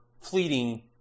fleeting